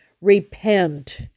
repent